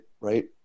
Right